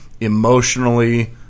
emotionally